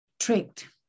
tricked